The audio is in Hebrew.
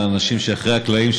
לאנשים שמאחורי הקלעים,